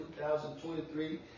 2023